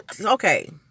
okay